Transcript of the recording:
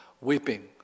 weeping